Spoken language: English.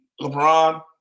LeBron